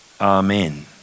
Amen